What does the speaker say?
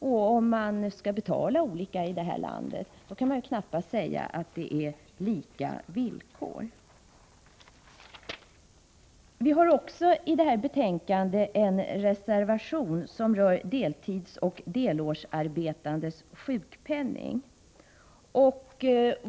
Skall man betala olika mycket, kan man knappast tala om lika villkor. Vi har till detta betänkande också fogat en reservation, som rör deltidsoch delårsarbetandes sjukpenning.